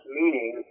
meaning